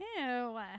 Ew